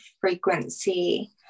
frequency